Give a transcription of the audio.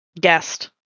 guest